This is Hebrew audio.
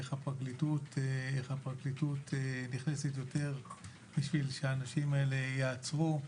איך הפרקליטות נכנסת יותר בשביל שהאנשים האלה ייעצרו.